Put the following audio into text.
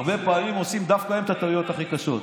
הרבה פעמים עושים דווקא הם את הטעויות הכי קשות.